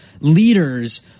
leaders